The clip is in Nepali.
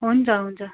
हुन्छ हुन्छ